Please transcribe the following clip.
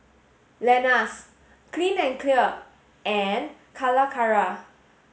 Lenas Clean and Clear and Calacara